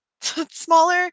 smaller